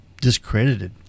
discredited